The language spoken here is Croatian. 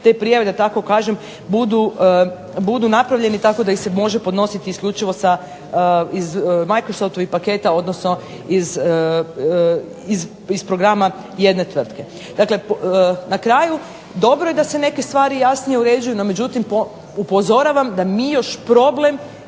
te prijave da tako kažem budu napravljeni da ih se može podnositi isključivo microsoftovih paketa odnosno iz programa jedne tvrtke. Dakle, na kraju dobro je da se neke stvarno jasnije uređuju, no međutim upozoravam da mi još problem